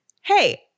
hey